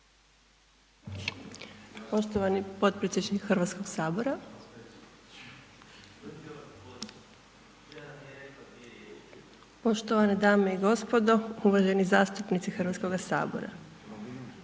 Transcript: Poštovani potpredsjedniče Hrvatskog sabora. Poštovane dame i gospodo, uvaženi zastupnici Hrvatskog sabora.